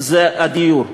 הדיור.